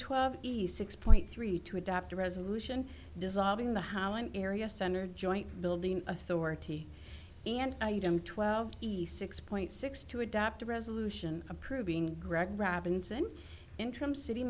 twelve e's six point three to adopt a resolution dissolving the holland area center joint building authority and item twelve east six point six to adopt a resolution approving greg robinson interim city